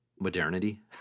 modernity